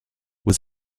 was